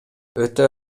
өтө